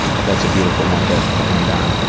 well, that's a beautiful one to to end on.